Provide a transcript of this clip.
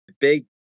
Big